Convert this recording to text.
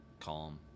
calm